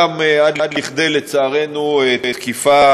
וגם של מי שמתלוננים נגדו ואת ההקשר של